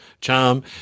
charm